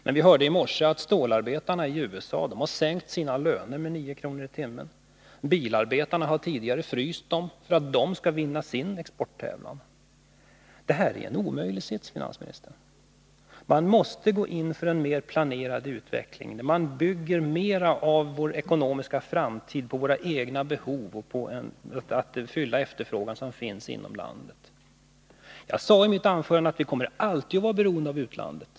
Men vi hörde i morse att stålarbetarna i USA har sänkt sina löner med 9 kr. per timme. Och bilarbetarna har tidigare fryst lönerna för att de skall vinna sin exporttävlan. Detta är en omöjlig sits, herr finansminister. Man måste gå in för en mer planerad utveckling där man bygger mer på vår ekonomiska framtid och på våra egna behov, att fylla den efterfrågan som finns inom landet. Jag sade i mitt anförande att vi alltid kommer att vara beroende av utlandet.